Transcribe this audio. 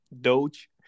Doge